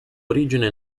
origine